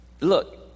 look